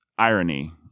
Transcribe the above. irony